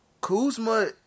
Kuzma